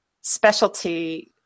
specialty